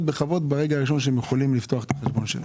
בכבוד מרגע שהם יכולים לפתוח את החשבון שלהם.